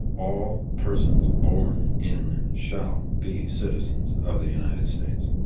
all persons born in shall be citizens of the united states.